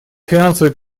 финансовый